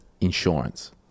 insurance